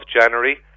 january